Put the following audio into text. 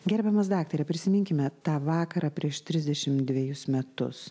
gerbiamas daktare prisiminkime tą vakarą prieš trisdešim dvejus metus